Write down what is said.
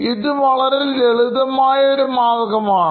ഇത് വളരെ ലളിതമായ ഒരു മാർഗമാണ്